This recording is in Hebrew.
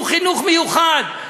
שהוא חינוך מיוחד,